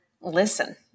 listen